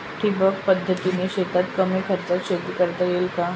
ठिबक पद्धतीने शेतात कमी खर्चात शेती करता येईल का?